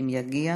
אם יגיע.